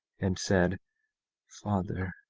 and said father,